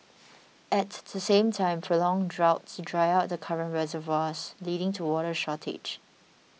at the same time prolonged droughts dry out the current reservoirs leading to water shortage